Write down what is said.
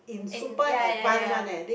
and ya ya ya